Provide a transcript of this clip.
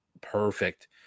perfect